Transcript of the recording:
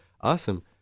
Awesome